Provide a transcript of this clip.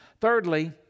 Thirdly